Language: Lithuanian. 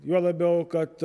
juo labiau kad